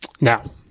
Now